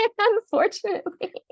unfortunately